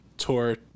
tour